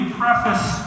preface